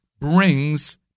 brings